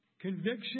conviction